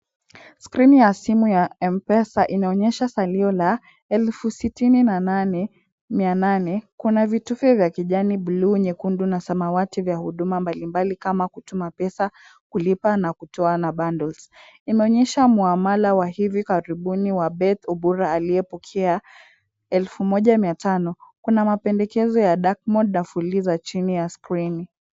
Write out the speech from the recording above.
Skrini ya simu ya M-Pesa inaonyesha salio la elfu sitini na nane mia nane. Kuna vitufe vya kijani, bluu, nyekundu na samawati vya huduma mbalimbali kama kutuma pesa, kulipa na kutoa na bundles . Imeonyesha mhamala wa hivi karibuni wa Beth Obura aliyepokea elfu moja mia tano. Kuna mapendekezo ya dark mode na Fuliza chini ya skrini.